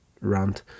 rant